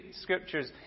Scriptures